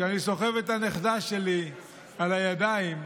כשאני סוחב את הנכדה שלי על הידיים,